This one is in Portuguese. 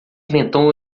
tentou